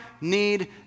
need